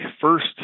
first